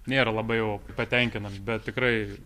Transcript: nėra labai jau patenkinami bet tikrai